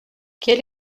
quel